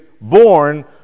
born